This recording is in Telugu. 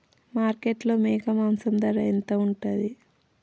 మార్కెట్లో మేక మాంసం ధర ఎంత ఉంటది?